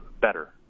better